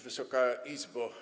Wysoka Izbo!